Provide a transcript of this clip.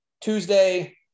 Tuesday